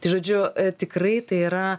tai žodžiu tikrai tai yra